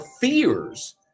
fears